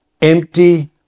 empty